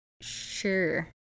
Sure